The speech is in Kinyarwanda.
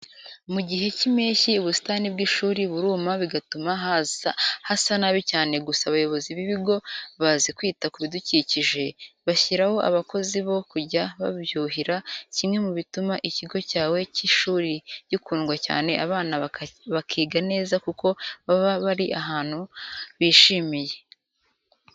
Mu gihe cy'impeshyi ubusitani bw'ishuri buruma bigatuma hasa nabi cyane, gusa abayobozi b'ibigo bazi kwita ku bidukikije, bashyiraho abakozi bo kujya babyuhira, kimwe mu bituma ikigo cyawe cy'ishuri gikundwa cyane abana bakiga neza kuko baba bari ahantu bishimiye.